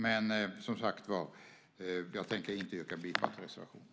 Men jag tänker som sagt var inte yrka bifall till reservationen.